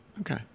Okay